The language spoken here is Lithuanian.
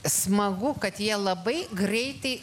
smagu kad jie labai greitai